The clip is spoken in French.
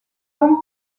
donc